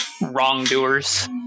wrongdoers